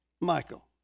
Michael